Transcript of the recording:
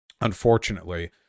unfortunately